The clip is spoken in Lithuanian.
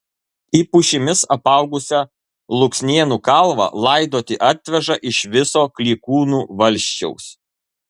į pušimis apaugusią luksnėnų kalvą laidoti atveža iš viso klykūnų valsčiaus